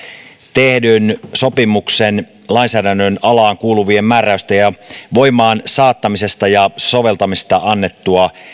tehdyn sopimuksen lainsäädännön alaan kuuluvien määräysten voimaansaattamisesta ja soveltamisesta annettua